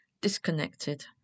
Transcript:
disconnected